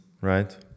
right